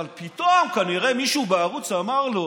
אבל פתאום כנראה מישהו בערוץ אמר לו,